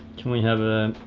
can we have ah